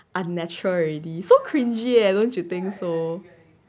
unnatural already so cringing eh don't you think so